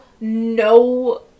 no